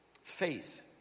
Faith